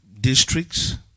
districts